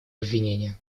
обвинения